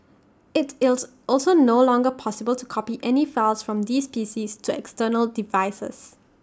IT is also no longer possible to copy any files from these PCs to external devices